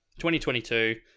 2022